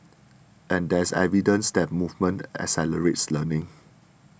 and there's evidence that movement accelerates learning